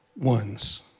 ones